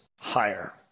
higher